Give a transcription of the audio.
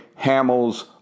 Hamels